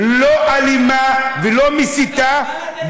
לא אלימה ולא מסיתה,